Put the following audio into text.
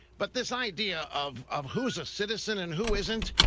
but this idea of of who is a citizen and who isn't,